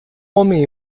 homem